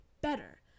better